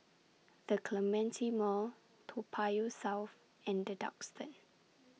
The Clementi Mall Toa Payoh South and The Duxton